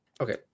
okay